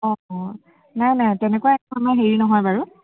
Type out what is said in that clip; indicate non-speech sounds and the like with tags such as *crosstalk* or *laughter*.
অঁ অঁ নাই নাই তেনেকুৱা একো *unintelligible* হেৰি নহয় বাৰু